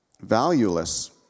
valueless